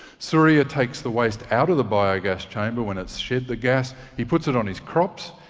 surya takes the waste out of the biogas chamber when it's shed the gas, he puts it on his crops.